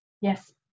yes